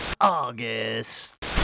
August